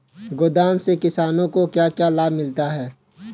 गोदाम से किसानों को क्या क्या लाभ मिलता है?